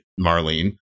Marlene